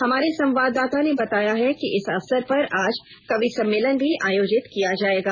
हमारे संवाददाता ने बताया है कि इसे अवसर पर आज कवि सम्मेलन भी आयोजित किया जाएगा